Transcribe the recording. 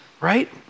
right